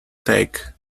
take